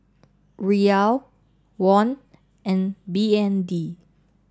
Riyal Won and B N D